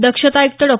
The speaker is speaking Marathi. दक्षता आयुक्त डॉ